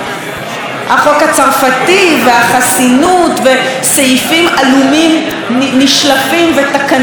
החוק הצרפתי והחסינות וסעיפים עלומים נשלפים ותקנונים נפתחים,